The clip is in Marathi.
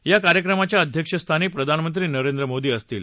या कार्यक्रमाच्या अध्यक्षस्थानी प्रधानमंत्री नरेंद्र मोदी असतील